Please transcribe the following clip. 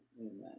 Amen